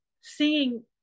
seeing